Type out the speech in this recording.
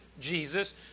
Jesus